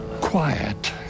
quiet